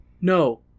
No